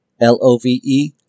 L-O-V-E